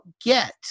get